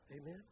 Amen